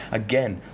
again